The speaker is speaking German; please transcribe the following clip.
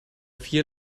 vier